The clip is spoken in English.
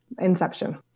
Inception